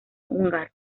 húngaro